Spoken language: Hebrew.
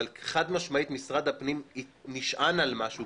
אבל חד משמעית משרד הפנים נשען על משהו,